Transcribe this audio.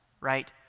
right